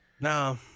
No